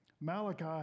Malachi